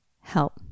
help